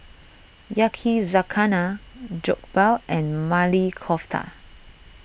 Yakizakana Jokbal and Maili Kofta